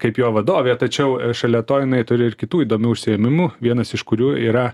kaip jo vadovė tačiau šalia to jinai turi ir kitų įdomių užsiėmimų vienas iš kurių yra